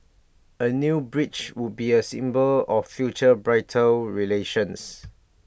A new bridge would be A symbol of future bilateral relations